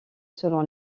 selon